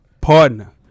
partner